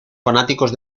fanáticos